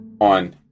on